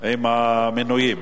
עם המינויים.